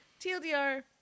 TLDR